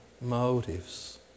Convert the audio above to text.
motives